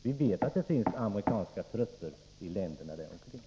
Vi vet att det finns amerikanska trupper i länderna där omkring.